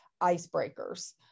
icebreakers